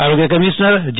આરોગ્ય કમિશ્નર જે